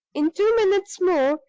in two minutes more,